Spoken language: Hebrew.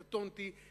קטונתי,